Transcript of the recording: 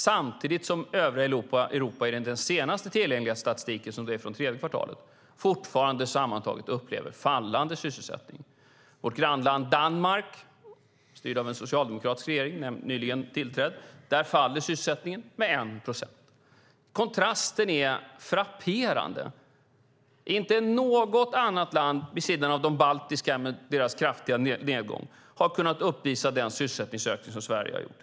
Samtidigt upplever övriga Europa, enligt den senaste tillgängliga statistiken som är för tredje kvartalet, fortfarande en fallande sysselsättning. I vårt grannland Danmark, som leds av en nyligen tillträdd socialdemokratisk regering, faller sysselsättningen med 1 procent. Kontrasten är frapperande. Inte något land, vid sidan av de baltiska länderna med sin kraftiga nedgång, har kunnat uppvisa en sådan sysselsättningsökning som Sverige.